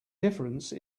difference